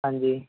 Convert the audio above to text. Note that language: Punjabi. ਹਾਂਜੀ